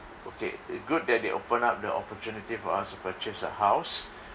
okay uh good that they open up the opportunity for us to purchase a house